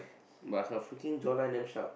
but her freaking jawline damn sharp